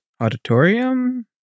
Auditorium